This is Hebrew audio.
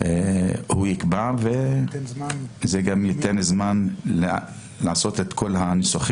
זה גם ייתן זמן לנסח את התקנות.